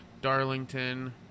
Darlington